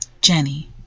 Jenny